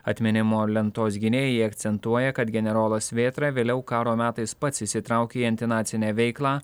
atminimo lentos gynėjai akcentuoja kad generolas vėtra vėliau karo metais pats įsitraukė į antinacinę veiklą